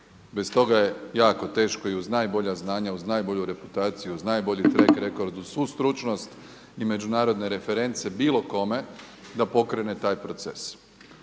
Bez toga je jako teško i uz najbolja znanja, uz najbolju reputaciju, uz najbolji trek rekord, uz svu stručnost i međunarodne reference bilo kome da pokrene taj proces.